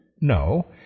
No